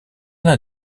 d’un